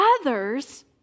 others